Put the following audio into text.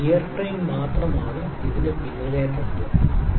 gear train മാത്രമാണ് ഇതിന് പിന്നിലെ തത്വം